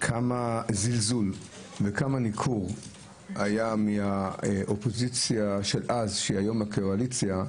כמה זלזול וכמה ניכור היה מהאופוזיציה של אז שהיא היום הקואליציה,